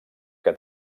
que